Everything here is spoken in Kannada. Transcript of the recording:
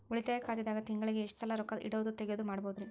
ಉಳಿತಾಯ ಖಾತೆದಾಗ ತಿಂಗಳಿಗೆ ಎಷ್ಟ ಸಲ ರೊಕ್ಕ ಇಡೋದು, ತಗ್ಯೊದು ಮಾಡಬಹುದ್ರಿ?